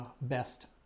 best